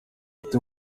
afite